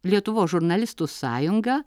lietuvos žurnalistų sąjunga